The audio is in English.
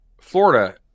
Florida